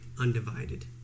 undivided